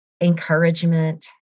encouragement